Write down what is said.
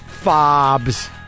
fobs